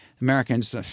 Americans